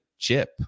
chip